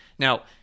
Now